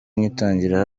ngitangira